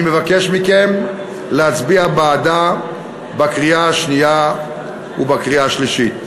אני מבקש מכם להצביע בעדה בקריאה השנייה ובקריאה השלישית.